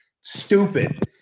Stupid